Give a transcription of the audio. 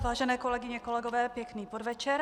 Vážené kolegyně, kolegové, pěkný podvečer.